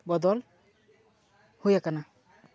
ᱵᱚᱫᱚᱞ ᱦᱩᱭ ᱟᱠᱟᱱᱟ